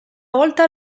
volta